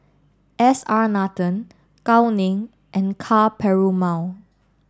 S R Nathan Gao Ning and Ka Perumal